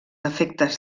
efectes